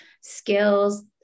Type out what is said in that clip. skills